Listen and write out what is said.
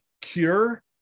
cure